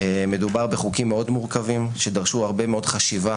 מדובר בחוקים מורכבים מאוד שדרשו הרבה מאוד חשיבה,